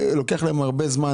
לוקח להם הרבה זמן.